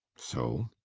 so